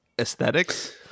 aesthetics